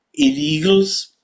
Illegals